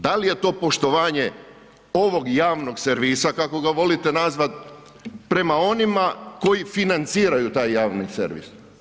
Da li je to poštovanje ovog javnog servisa kako ga volite nazvat prema onima koji financiraju taj javni servis?